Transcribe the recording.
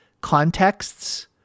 contexts